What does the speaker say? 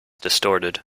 distorted